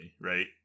right